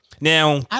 Now